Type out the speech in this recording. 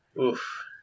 Oof